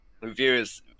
reviewers